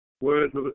words